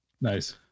Nice